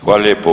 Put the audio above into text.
Hvala lijepo.